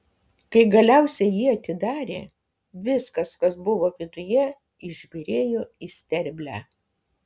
kai galiausiai jį atidarė viskas kas buvo viduje išbyrėjo į sterblę